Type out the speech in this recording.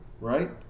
right